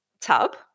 tub